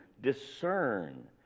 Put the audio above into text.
discern